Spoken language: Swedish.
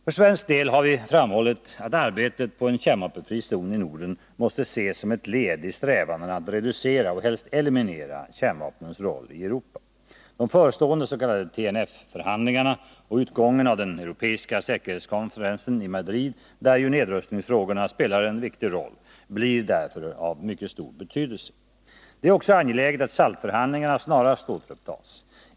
För svensk del har vi framhållit att arbetet på en kärnvapenfri zon i Norden måste ses som ett led i strävandena att reducera och helst eliminera kärnvapnens roll i Europa. De förestående s.k. TNF-förhandlingarna och utgången av den europeiska säkerhetskonferensen i Madrid, där ju nedrustningsfrågorna spelar en viktig roll, blir därför av mycket stor betydelse. Det är också angeläget att SALT-förhandlingarna snarast återupptas.